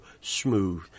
smooth